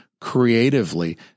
creatively